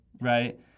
right